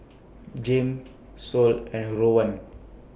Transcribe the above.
Jame Sol and Rowan